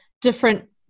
different